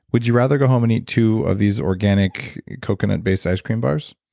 would you rather go home and eat two of these organic coconut based ice cream bars,